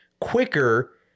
quicker